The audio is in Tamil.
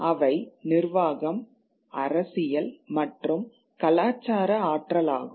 அவை நிர்வாகம் அரசியல் மற்றும் கலாச்சார ஆற்றலாகும்